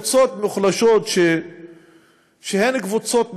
ולכן, קבוצות מוחלשות שהן קבוצות מיעוט,